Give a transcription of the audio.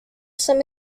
some